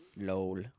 Lol